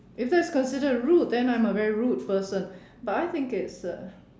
if that's considered rude then I'm a very rude person but I think it's uh